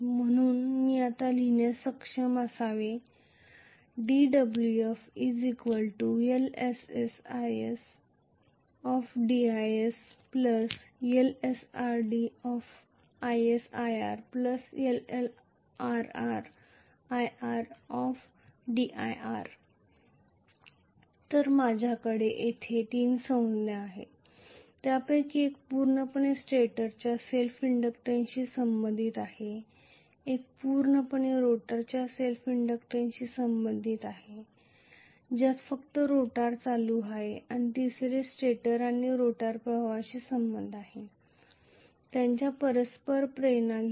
म्हणून मी आता लिहिण्यास सक्षम असावे 𝑑Wf 𝑖sLssis Lsrir 𝑖r𝑑Lsris Lrrir Lssis𝑑is Lsr𝑑 Lrrir𝑑ir तर माझ्याकडे येथे तीन संज्ञा आहेत ज्यापैकी एक पूर्णपणे स्टेटरच्या सेल्फ इंडक्टन्सशी संबंधित आहे एक पूर्णपणे रोटरच्या सेल्फ इंडक्टन्सशी संबंधित आहे ज्यात फक्त रोटर चालू आहे आणि तिसरे जे स्टेटर आणि रोटर प्रवाहांशी संबंधित आहे त्यांच्यात परस्पर प्रेरणा घेऊन